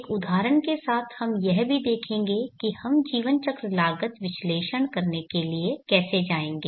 एक उदाहरण के साथ हम यह भी देखेंगे कि हम जीवन चक्र लागत विश्लेषण करने के लिए कैसे जाएंगे